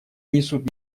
несут